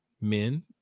men